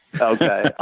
Okay